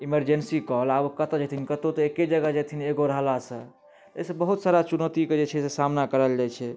emergency call आब कतऽ जेथिन कतौ तऽ एके जगह जेथिन एगो रहला सऽ एहि सऽ बहुत सारा चुनौती के जे छै से सामना कयल जाइ छै